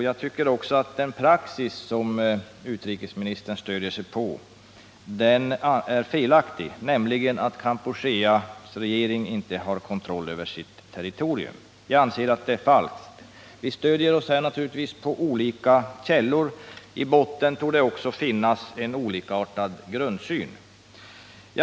Jag tycker också att den praxis som utrikesministern stödjer sig på, nämligen att Kampucheas regering inte har kontroll över sitt territorium, är felaktig. Vi stödjer oss naturligtvis på olika källor, och i botten torde också finnas en olikartad grundsyn.